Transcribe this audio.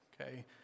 Okay